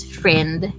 friend